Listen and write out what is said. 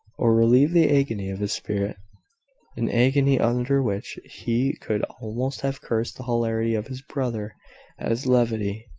or relieve the agony of his spirit an agony under which he could almost have cursed the hilarity of his brother as levity,